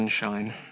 sunshine